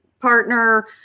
partner